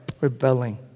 rebelling